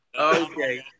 Okay